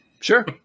Sure